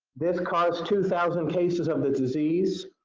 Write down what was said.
this caused two thousand cases of the disease